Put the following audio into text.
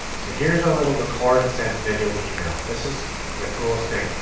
so here's a little record and send video email. this is the coolest thing.